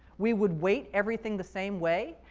we would weight everything the same way?